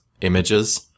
images